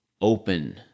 open